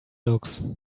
looks